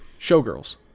Showgirls